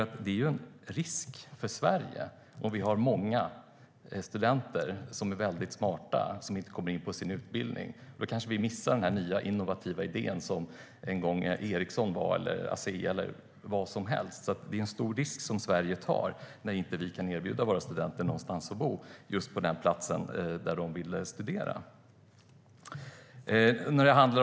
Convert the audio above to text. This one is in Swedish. Det är en risk för Sverige om det finns många väldigt smarta studenter som inte kommer in på en utbildning. Då kan vi missa den nya innovativa idén som en gång låg till grund för Ericsson, Asea eller vad som helst. Det är alltså en stor risk som Sverige tar när studenterna inte kan erbjudas någonstans att bo på den ort där de vill studera.